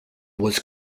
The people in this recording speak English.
was